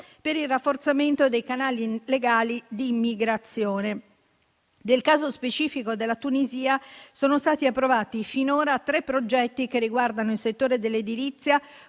per il rafforzamento dei canali legali di immigrazione. Nel caso specifico della Tunisia, sono stati approvati finora tre progetti, che riguardano il settore dell'edilizia,